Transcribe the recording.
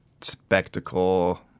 spectacle